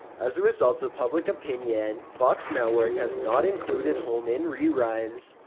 as a result of public opinion, fox network has not included home in reruns,